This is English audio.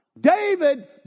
David